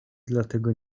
dlatego